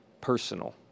personal